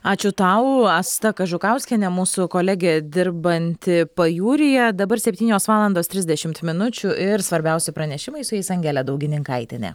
ačiū tau asta kažukauskienė mūsų kolegė dirbanti pajūryje dabar septynios valandos trisdešimt minučių ir svarbiausi pranešimai su jais angelė daugininkaitienė